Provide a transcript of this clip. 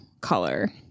color